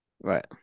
Right